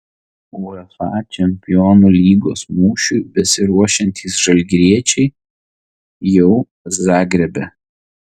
uefa čempionų lygos mūšiui besiruošiantys žalgiriečiai jau zagrebe